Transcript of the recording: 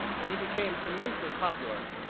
and he became immensely popular.